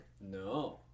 No